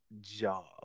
job